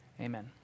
Amen